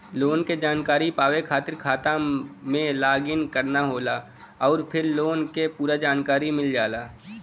loan क जानकारी पावे खातिर खाता में लॉग इन करना होला आउर फिर लोन क पूरा जानकारी मिल जाला